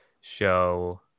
show